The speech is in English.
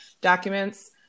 documents